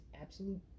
absolute